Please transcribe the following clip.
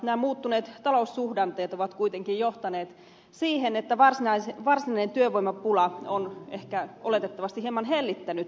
nämä muuttuneet taloussuhdanteet ovat kuitenkin johtaneet siihen että varsinainen työvoimapula on oletettavasti hieman hellittänyt